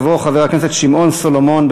יעלה ויבוא חבר הכנסת שמעון סולומון.